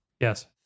Yes